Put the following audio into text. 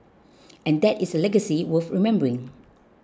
and that is a legacy worth remembering